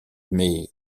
mais